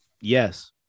Yes